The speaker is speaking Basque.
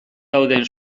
dauden